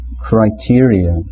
criteria